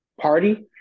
party